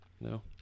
No